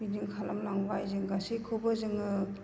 बिदिनो खालामलांबाय जों गासैखौबो जोङो